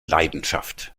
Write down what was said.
leidenschaft